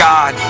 God